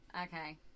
Okay